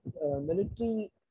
Military